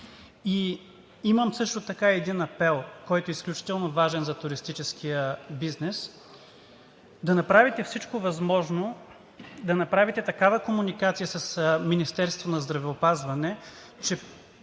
Имам също така един апел, който е изключително важен за туристическия бизнес: да направите всичко възможно, да направите такава комуникация с Министерството на здравеопазването,